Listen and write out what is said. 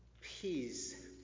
Peace